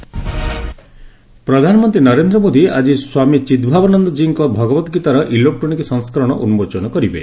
PM Bhagavad Gita ପ୍ରଧାନମନ୍ତ୍ରୀ ନରେନ୍ଦ୍ର ମୋଦୀ ଆଜି ସ୍ୱାମୀ ଚିଦ୍ଭାବନାନନ୍ଦ ଜୀଙ୍କ ଭଗବତ ଗୀତାର ଇଲେକ୍ରୋନିକ୍ ସଂସ୍କରଣ ଉନ୍ଜୋଚନ କରିବେ